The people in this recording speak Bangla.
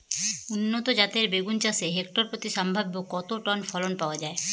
উন্নত জাতের বেগুন চাষে হেক্টর প্রতি সম্ভাব্য কত টন ফলন পাওয়া যায়?